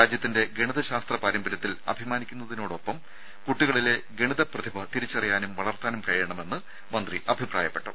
രാജ്യത്തിന്റെ ഗണിത ശാസ്ത്ര പാരമ്പര്യത്തിൽ അഭിമാനിക്കുന്നതോടൊപ്പം കുട്ടികളിലെ ഗണിത പ്രതിഭ തിരിച്ചറിയാനും വളർത്താനും കഴിയണമെന്ന് മന്ത്രി അഭിപ്രായപ്പെട്ടു